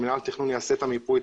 שמינהל התכנון יעשה את המיפוי,